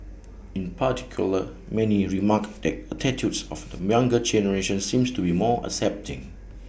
in particular many remarked that attitudes of the younger generation seem to be more accepting